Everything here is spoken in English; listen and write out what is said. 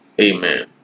Amen